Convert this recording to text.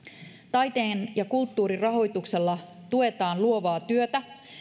taiteen ja kulttuurin rahoituksella tuetaan luovaa työtä